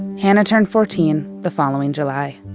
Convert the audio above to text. hana turned fourteen the following july